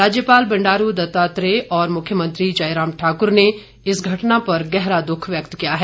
राज्यपाल बंडारू दत्तात्रेय और मुख्यमंत्री जयराम ठाकुर ने इस घटना पर गहरा दुख व्यक्त किया है